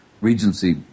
Regency